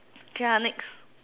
okay ah next